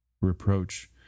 reproach